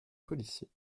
policier